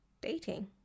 dating